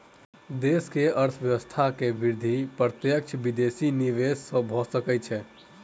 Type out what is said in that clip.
देश के अर्थव्यवस्था के वृद्धि प्रत्यक्ष विदेशी निवेश सॅ भ सकै छै